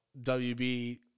WB